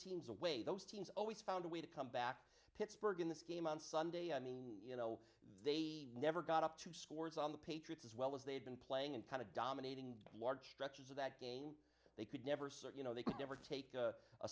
teams away those teams always found a way to come back to pittsburgh in this game on sunday i mean you know they never got up to scores on the patriots as well as they had been playing and kind of dominating large stretches of that game they could never search you know they could never take a